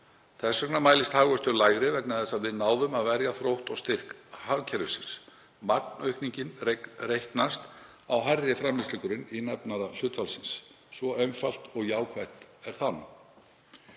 Þess vegna mælist hagvöxtur lægri vegna þess að við náðum að verja þrótt og styrk hagkerfisins. Magnaukningin reiknast á hærri framleiðslugrunn í nefnara hlutfallsins, svo einfalt og jákvætt er það.